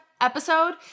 episode